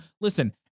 listen